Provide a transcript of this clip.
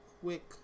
quick